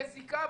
מזיקה,